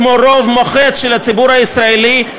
כמו הרוב המוחץ של הציבור הישראלי,